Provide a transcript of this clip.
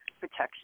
protection